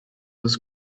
was